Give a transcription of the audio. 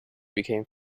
became